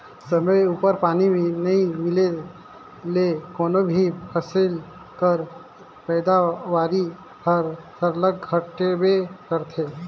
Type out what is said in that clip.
समे उपर पानी नी मिले ले कोनो भी फसिल कर पएदावारी हर सरलग घटबे करथे